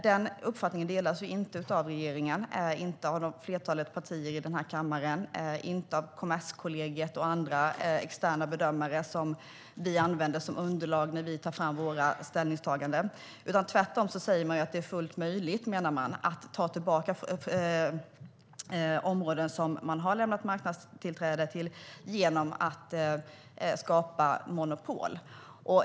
Den uppfattningen delas inte av regeringen, inte av flertalet partier i den här kammaren och inte av Kommerskollegium och andra externa bedömare som vi använder som underlag när vi tar fram våra ställningstaganden. Tvärtom menar vi att det är fullt möjligt att ta tillbaka områden som man har lämnat marknadstillträde till genom att skapa monopol.